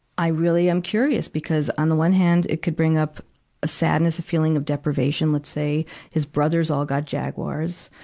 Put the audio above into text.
i really am curious, because on the one hand, it could bring up a sadness, a feeling of deprivation. let's say his brothers all got jaguars.